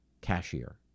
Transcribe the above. cashier